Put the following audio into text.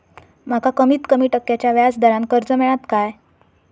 माका कमीत कमी टक्क्याच्या व्याज दरान कर्ज मेलात काय?